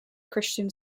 christian